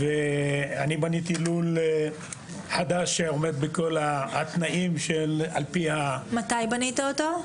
אני בניתי לול חדש שעומד בכל התנאים על פי --- מתי בנית אותו?